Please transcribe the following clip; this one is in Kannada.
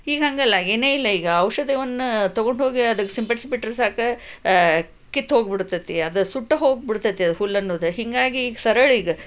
ಈಗ ಹಾಗಲ್ಲ ಏನೇ ಇಲ್ಲ ಈಗ ಔಷಧವನ್ನು ತೊಗೊಂಡ್ಹೋಗಿ ಅದಕ್ಕೆ ಸಿಂಪಡಿಸಿ ಬಿಟ್ಟರೆ ಸಾಕು ಕಿತ್ತ್ಹೋಗಿ ಬಿಡ್ತೈತಿ ಅದು ಸುಟ್ಟುಹೋಗಿಬಿಡ್ತೈತಿ ಹುಲ್ಲನ್ನೋದು ಹೀಗಾಗಿ ಈಗ ಸರಳ ಈಗ